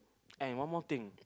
and one more thing